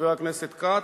חבר הכנסת כץ,